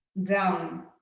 down.